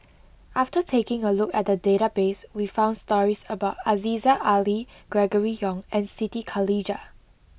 after taking a look at the database we found stories about Aziza Ali Gregory Yong and Siti Khalijah